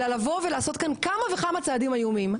אלא לעשות כאן כמה וכמה צעדים איומים: